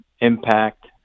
impact